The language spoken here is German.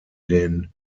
den